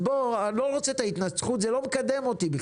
אני לא רוצה התנצחות, היא בכלל לא מקדמת אותנו.